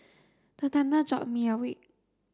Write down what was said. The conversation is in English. the thunder jolt me awake